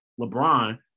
LeBron